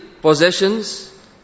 possessions